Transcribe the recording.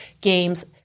games